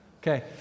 Okay